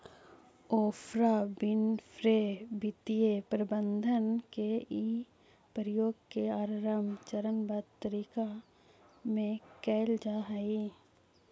Oprah Winfrey वित्तीय प्रबंधन के इ प्रयोग के आरंभ चरणबद्ध तरीका में कैइल जा हई